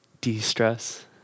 de-stress